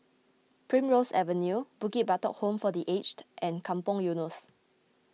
Primrose Avenue Bukit Batok Home for the Aged and Kampong Eunos